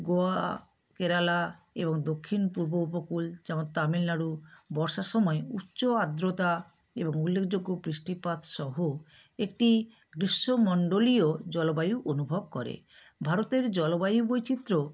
গোয়া কেরালা এবং দক্ষিণ পূর্ব উপকূল যেমন তামিলনাড়ু বর্ষার সময় উচ্চ আর্দ্রতা এবং উল্লেখযোগ্য বৃষ্টিপাত সহ একটি গ্রীষ্মমণ্ডলীয় জলবায়ু অনুভব করে ভারতের জলবায়ু বৈচিত্র্য